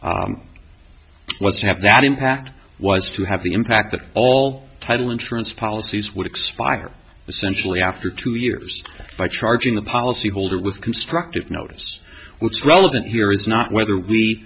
to have that impact was to have the impact that all title insurance policies would expire essentially after two years by charging the policy holder with constructive notice what's relevant here is not whether we